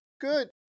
good